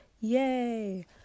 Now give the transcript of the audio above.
Yay